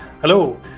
Hello